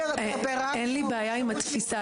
אין לי בעיה עם התפיסה.